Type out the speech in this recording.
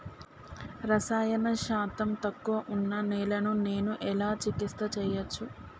రసాయన శాతం తక్కువ ఉన్న నేలను నేను ఎలా చికిత్స చేయచ్చు?